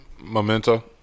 Memento